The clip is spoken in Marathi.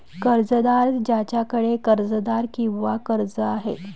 कर्जदार ज्याच्याकडे कर्जदार किंवा कर्ज आहे